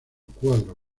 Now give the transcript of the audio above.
cuadro